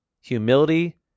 humility